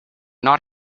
not